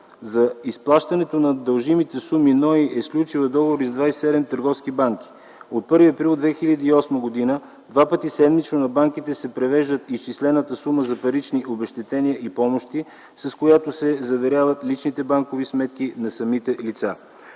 За изплащането на дължимите суми НОИ се сключил договори с 27 търговски банки. От 1 април 2008 г. два пъти седмично на банките се превежда изчислената сума за парични обезщетения и помощи, с която се заверяват личните банкови сметки на самите лица.